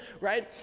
right